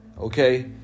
okay